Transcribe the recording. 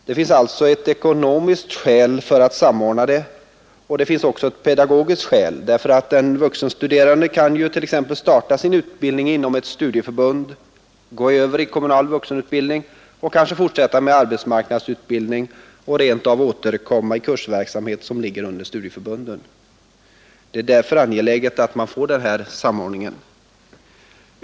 Det finns ekonomiska skäl för att samordna den verksamheten, och det finns också ett pedagogiskt skäl härför. En vuxenstuderande kan t.ex. starta sin utbildning inom ett studieförbund, gå över i kommunal vuxenutbildning och kanske fortsätta med arbetsmarknadsutbildning och därefter rent av återkomma i kursverksamhet som ligger under studieförbunden. Det är därför angeläget att man får denna samordning.